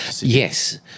Yes